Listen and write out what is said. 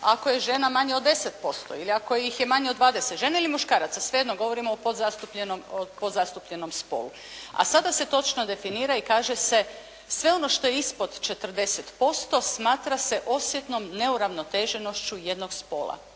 ako je žena manje od 10% ili ako ih je manje od 20, žene ili muškaraca, svejedno govorimo o podzastupljenom spolu. A sada se točno definira i kaže se sve ono što je ispod 40% smatra se osjetnom neuravnoteženošću jednog spola.